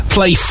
Play